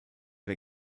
der